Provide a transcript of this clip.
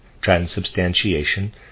transubstantiation